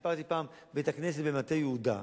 סיפרתי פעם: בית-הכנסת במטה יהודה,